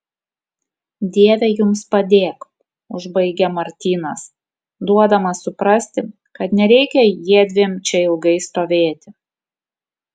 dieve jums padėk užbaigia martynas duodamas suprasti kad nereikia jiedviem čia ilgai stovėti